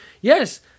Yes